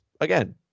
Again